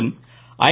மேலும் ஐ